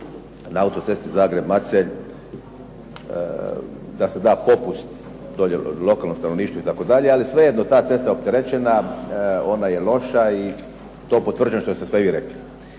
na autocesti Zagreb-Macelj, da se da popust dolje lokalnom stanovništvu itd. Ali svejedno, ta cesta je opterećena, ona je loša i to potvrđujem što ste sve i rekli.